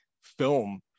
film